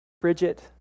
Bridget